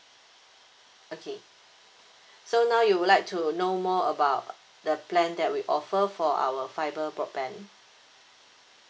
okay so now you would like to know more about the plan that we offer for our fibre broadband